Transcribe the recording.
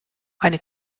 eine